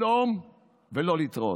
שלום ולא להתראות.